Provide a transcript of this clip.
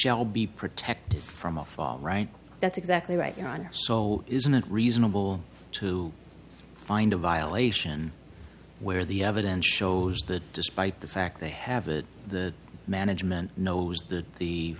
all be protected from a far right that's exactly right here on sol isn't it reasonable to find a violation where the evidence shows that despite the fact they have it the management knows that the